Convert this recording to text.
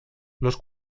los